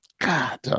God